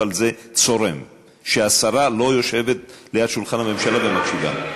אבל זה צורם שהשרה לא יושבת ליד שולחן הממשלה ומקשיבה.